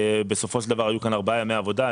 בסופו של דבר, היו כאן ארבעה ימי עבודה.